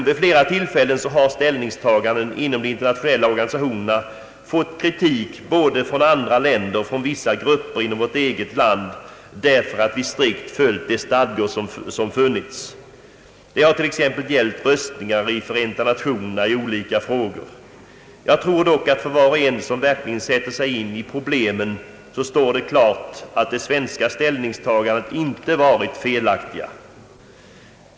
Vid flera tillfällen har ställningstaganden inom de internationella organisationerna fått kritik både från andra länder och från vissa grupper inom vårt eget land, därför att vi strikt följt de stadgor som funnits. Det har t.ex. gällt röstningar i Förenta nationerna i olika frågor. Jag tror dock att för var och en som verkligen sätter sig in i problemet står det klart att de svenska ställningstagandena inte varit felaktiga.